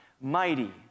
mighty